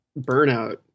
burnout